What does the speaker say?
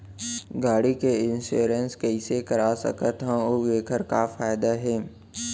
गाड़ी के इन्श्योरेन्स कइसे करा सकत हवं अऊ एखर का फायदा हे?